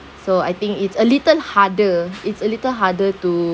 so I think it's a little harder it's a little harder to